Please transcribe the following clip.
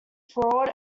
fraud